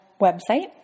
website